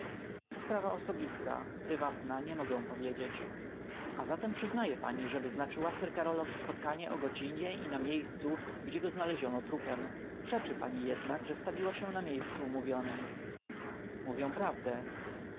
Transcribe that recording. to sprawa osobista prywatna nie mogę powiedzieć a zatem przyznaje pani że wyznaczyła sir karolowi spotkanie o godzinie i na miejscu gdzie go znaleziono trupem przeczy pani jednak że stawiła się na miejscu umówionem mówię prawdę